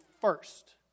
first